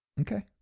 Okay